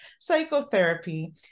psychotherapy